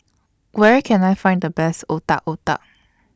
Where Can I Find The Best Otak Otak